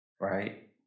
Right